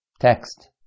text